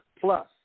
plus